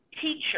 teacher